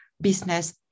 business